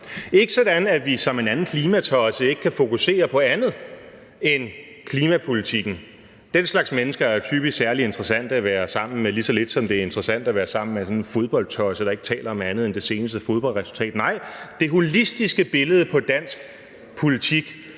Ikke sådan, at vi som en anden klimatosse ikke kan fokusere på andet end klimapolitikken – den slags mennesker er jo typisk ikke særlig interessante at være sammen med, lige så lidt som det er interessant at være sammen med sådan en fodboldtosse, der ikke taler om andet end det seneste fodboldresultat – nej, det holistiske billede på dansk politik,